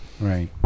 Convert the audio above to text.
right